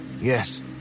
yes